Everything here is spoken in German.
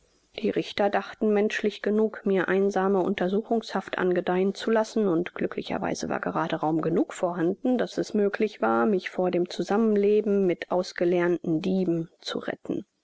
die richter dachten menschlich genug mir einsame untersuchungshaft angedeihen zu lassen und glücklicherweise war gerade raum genug vorhanden daß es möglich war mich vor dem zusammenleben mit ausgelernten dieben zu retten